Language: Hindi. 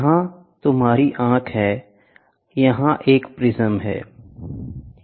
यहाँ तुम्हारी आंख है यहाँ एक प्रिज़्म है